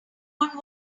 warm